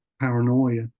paranoia